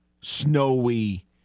snowy